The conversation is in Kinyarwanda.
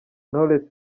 knowless